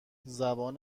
زبان